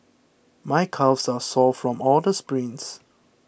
my calves are sore from all the sprints